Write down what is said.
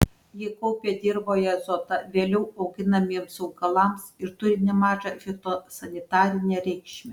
jie kaupia dirvoje azotą vėliau auginamiems augalams ir turi nemažą fitosanitarinę reikšmę